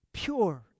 pure